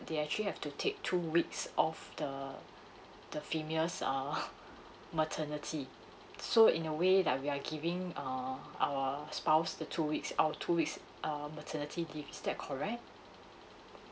they actually have to take two weeks off the the female's err maternity so in a way like we are giving err our spouse the two weeks our two weeks uh maternity leave is that correct